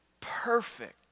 perfect